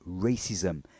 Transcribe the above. Racism